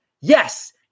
Yes